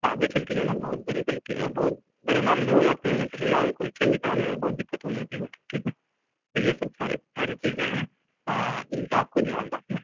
آگے چل کے جو نا بہت بڑی غلطی اور بہت بڑے معاملے ہو جاتے ہیں یا پھر نام کوئی چینج کرانے میں بہت دقت ہو جاتی ہے بٹا ٹھیک ہے یہ سب سارے ساری چیزیں ہیں ان کا آپ کو دھیان رکھنا ہے